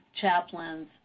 chaplains